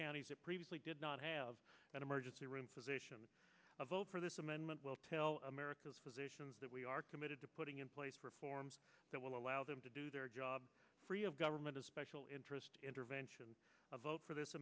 counties that previously did not have an emergency room physician for this amendment will tell america's physicians that we are committed to putting in place reforms that will allow them to do their job free of government a special interest intervention vote for this